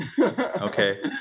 okay